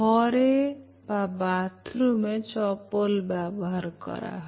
ঘরে বা বাথরুমে চপ্পল ব্যবহার করা হয়